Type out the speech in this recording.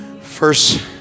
First